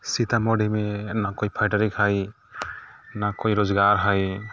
सीतामढ़ीमे ने कोइ फैक्ट्री हय ने कोइ रोजगार हय